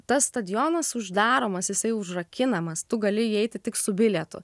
tas stadionas uždaromas jisai užrakinamas tu gali įeiti tik su bilietu